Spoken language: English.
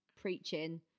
preaching